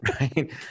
right